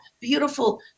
beautiful